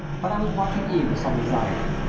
but i was watching eve with some anxiety.